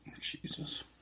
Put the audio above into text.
Jesus